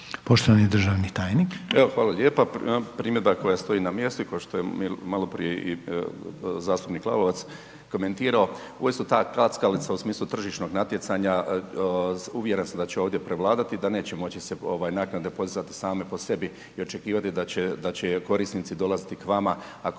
Poštovani državni tajniče,